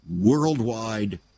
worldwide